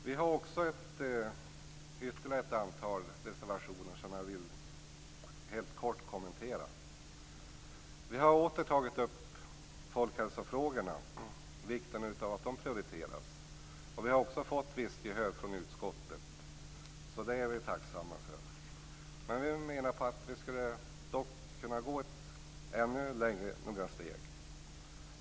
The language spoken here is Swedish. Vi har också ett ytterligare antal reservationer som jag vill kort kommentera. Vi har åter tagit upp vikten av att folkhälsofrågorna prioriteras. Vi har också fått visst gehör från utskottet. Det är vi tacksamma för. Men vi menar att det går att gå några steg längre.